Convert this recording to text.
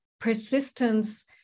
persistence